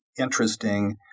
interesting